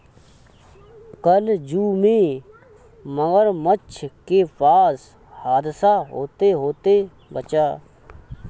कल जू में मगरमच्छ के पास हादसा होते होते बचा